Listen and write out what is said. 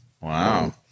Wow